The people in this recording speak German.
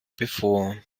bevor